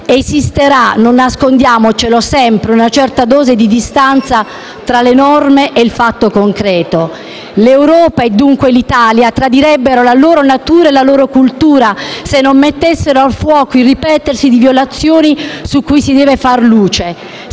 Esisterà - non nascondiamocelo - sempre una certa dose di distanza tra le norme e il «fatto concreto». L'Europa e dunque l'Italia tradirebbero la loro natura e la loro cultura se non mettessero a fuoco il ripetersi di violazioni su cui si deve far luce;